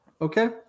Okay